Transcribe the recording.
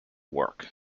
work